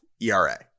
ERA